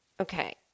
Okay